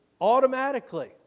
Automatically